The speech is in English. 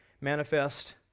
manifest